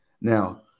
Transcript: Now